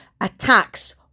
attacks